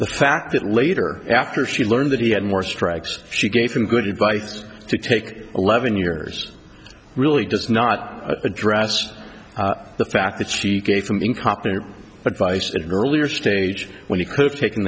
the fact that later after she learned that he had more strikes she gave him good advice to take eleven years really does not address the fact that she gave him incompetent advice and earlier stage when he